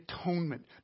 atonement